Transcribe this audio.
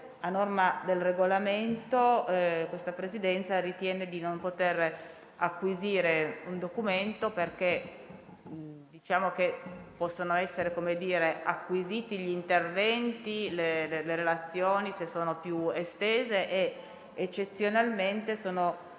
a norma del Regolamento questa Presidenza ritiene di non poter acquisire un documento, perché possono essere acquisiti gli interventi, le relazioni se sono più estese, ed eccezionalmente possono